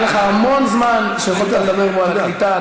היה לך המון זמן שיכולת לדבר בו על הקליטה.